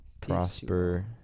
Prosper